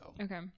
okay